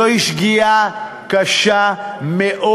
זו שגיאה קשה מאוד.